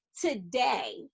today